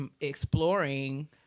exploring